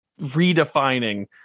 redefining